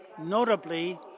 notably